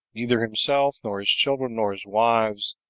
neither himself, nor his children, nor his wives,